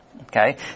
Okay